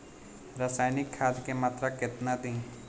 रसायनिक खाद के मात्रा केतना दी?